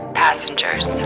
passengers